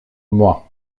mois